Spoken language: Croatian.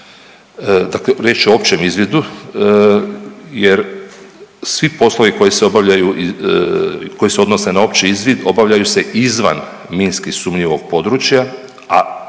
Dakle, riječ je općem izvidu jer svi poslovi koji se obavljaju, koji se odnose na opći izvid obavljaju se izvan minski sumnjivog područja,